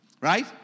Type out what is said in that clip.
Right